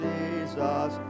Jesus